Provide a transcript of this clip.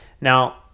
Now